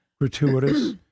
gratuitous